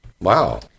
Wow